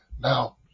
Now